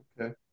Okay